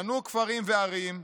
בנו כפרים וערים,